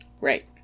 Right